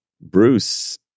Bruce